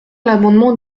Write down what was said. l’amendement